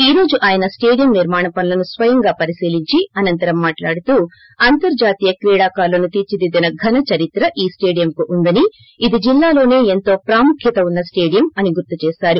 ఈ రోజు ఆయన స్పేడియం నిర్మాణ పనులను స్వయంగా పరిశీలించి అనంతరం మాట్లాడుతూ అంతర్హాతీయ క్రీడాకారులను తీర్పిదిద్దిన ఘన చరిత్ర ఈ స్వేడియంకు ఉందని ఇది జిల్హాలోసే ఎంతో ప్రాముఖ్వత ఉన్న స్టేడియం అని గుర్తుచేసారు